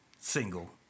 single